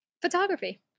Photography